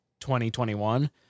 2021